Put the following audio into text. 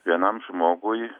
vienam žmogui